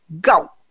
go